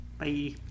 Bye